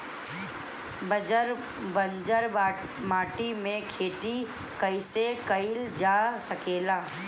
बंजर माटी में खेती कईसे कईल जा सकेला?